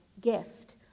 gift